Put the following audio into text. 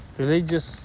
religious